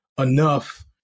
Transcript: enough